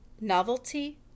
Novelty